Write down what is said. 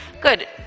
good